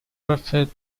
referred